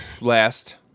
Last